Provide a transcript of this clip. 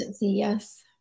Yes